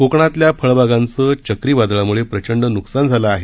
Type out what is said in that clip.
कोकणातल्या फळबागांचे चक्रीवादळामुळे प्रचंड नुकसान झालं आहे